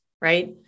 right